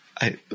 I-